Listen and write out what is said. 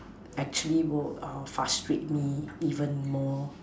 actually will err frustrate me even more